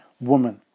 woman